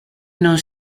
non